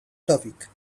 topic